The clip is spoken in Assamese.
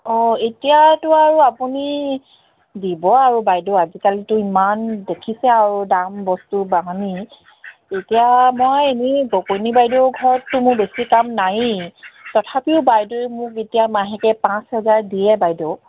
অঁ এতিয়াতো আৰু আপুনি দিব আৰু বাইদেউ আজিকালিতো ইমান দেখিছে আৰু দাম বস্তু বাহানি এতিয়া মই এনেই গগৈনী বাইদেউ ঘৰততো মোৰ বেছি কাম নাইয়েই তথাপিও বাইদেউে মোক এতিয়া মাহেকে পাঁচ হেজাৰ দিয়ে বাইদেউ